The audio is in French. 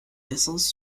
naissance